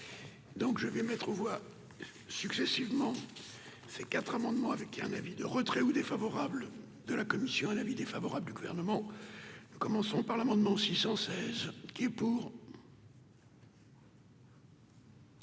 donc je vais mettre aux voix successivement ces quatre amendements avec un avis de retrait ou défavorable de la commission, un avis défavorable du gouvernement, commençons par l'amendement 616 et pour.